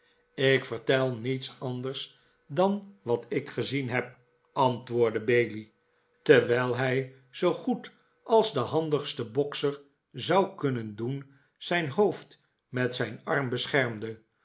ik vertel niets anders dan wat ik gezien heb antwoordde bailey terwijl hij zoo goed als de handigste bokser zou kunnen doen zijn hoofd met zijn arm beschermde